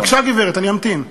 בבקשה, גברת, אני אמתין בסבלנות.